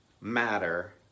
matter